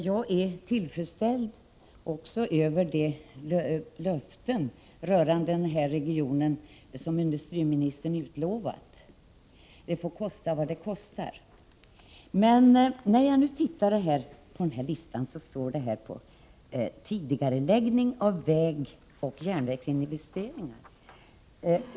Jag är tillfredsställd med de löften rörande Uddevallaregionen som industriministern gett. Det får kosta vad det kostar, enligt ett uttalande. När jag tittade på listan såg jag att det stod talat om tidigareläggning av vägoch järnvägsinvesteringar.